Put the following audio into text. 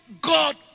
God